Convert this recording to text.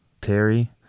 Terry